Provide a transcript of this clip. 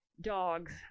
dogs